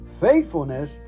faithfulness